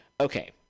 Okay